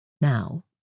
Now